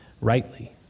rightly